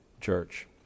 church